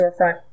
storefront